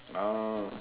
uh